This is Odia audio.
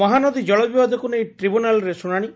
ମହାନଦୀ ଜଳବିବାଦକୁ ନେଇ ଟ୍ରିବ୍ୟୁନାଲ୍ରେ ଶୁଶାଶି